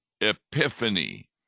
epiphany